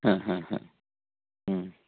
हा हा हा